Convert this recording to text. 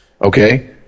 Okay